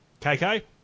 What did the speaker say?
KK